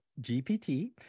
GPT